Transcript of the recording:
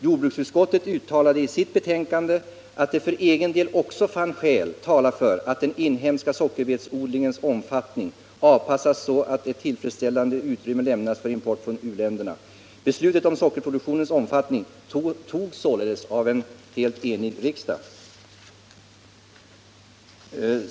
Jordbruksutskottet uttalade i sitt betänkande, att det för egen del också fann skäl tala för att den inhemska sockerbetsodlingens omfattning avpassas så att ett tillfredsställande utrymme lämnas för import från u-länderna. Beslutet om sockerproduktionen fattades av en helt enig riksdag.